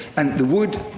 and the wood,